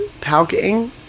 palking